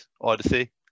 Odyssey